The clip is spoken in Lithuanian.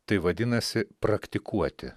tai vadinasi praktikuoti